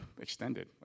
extended